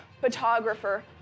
photographer